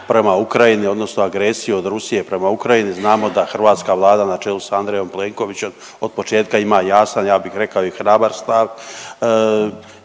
prema Ukrajini odnosno agresiji od Rusije prema Ukrajini. Znamo da hrvatska vlada na čelu s Andrejom Plenkovićem od početka ima jasan ja bih rekao i hrabar stav.